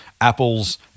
Apple's